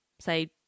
say